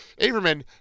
Averman